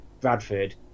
Bradford